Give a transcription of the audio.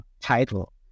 title